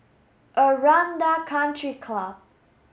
Aranda Country Club